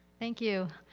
thank you.